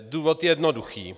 Důvod je jednoduchý.